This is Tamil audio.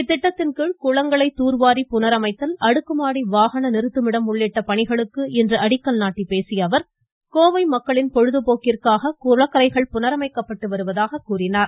இத்திட்டத்தின்கீழ் குளங்களை தூர்வாரிப் புனரமைத்தல் அடுக்குமாடி வாகன நிறுத்துமிடம் உள்ளிட்ட பணிகளுக்கு இன்று அடிக்கல் நாட்டிப் பேசிய அவர் கோவை மக்களின் பொழுதுபோக்கிற்கு குளக்கரைகள் புனரமைக்கப்பட்டு வருவதாக கூறினார்